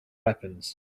weapons